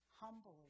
humbly